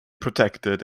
protected